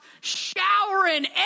showering